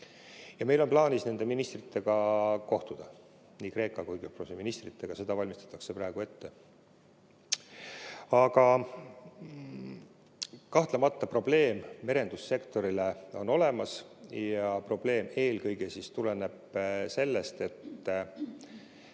Meil on plaanis nende ministritega kohtuda, nii Kreeka kui Küprose ministritega. Seda valmistatakse praegu ette. Aga kahtlemata probleem merendussektorile on olemas ja probleem tuleneb eelkõige sellest, et